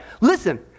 Listen